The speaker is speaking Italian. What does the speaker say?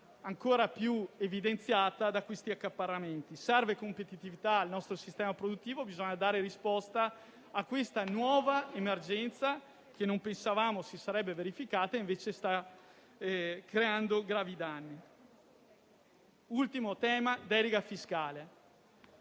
ancora più evidenziata da tali accaparramenti. Serve competitività al nostro sistema produttivo. Bisogna dare risposta alla nuova emergenza che non pensavamo si sarebbe verificata che invece sta creando gravi danni. Mi soffermo in